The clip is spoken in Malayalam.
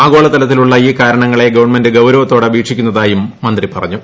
ആഗോളതലത്തിലുള്ള ഈ കാരണങ്ങളെ ഗവൺമെന്റ് ഗൌരവത്തോടെ വീക്ഷിക്കുന്നതായും മന്ത്രി പറഞ്ഞു